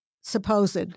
supposed